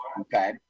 okay